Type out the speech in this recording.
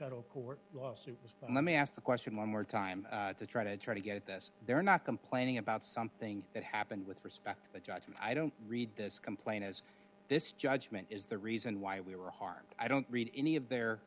federal court lawsuit was but let me ask the question one more time to try to try to get this they're not complaining about something that happened with respect to the judge and i don't read this complaint as this judgment is the reason why we were harmed i don't read any of their